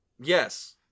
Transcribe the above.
Yes